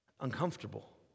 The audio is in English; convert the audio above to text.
uncomfortable